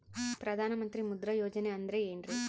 ಪ್ರಧಾನ ಮಂತ್ರಿ ಮುದ್ರಾ ಯೋಜನೆ ಅಂದ್ರೆ ಏನ್ರಿ?